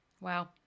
Wow